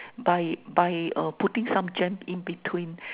by by uh putting some jam in between